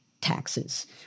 taxes